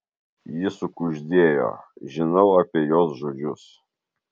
ji sukuždėjo žinau apie jos žodžius